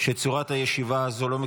שצורת הישיבה הזו לא מקובלת.